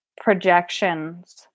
projections